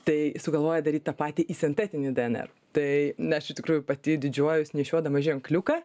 tai sugalvojo daryt tą patį į sintetinį dnr tai na aš iš tikrųjų pati didžiuojuos nešiodama ženkliuką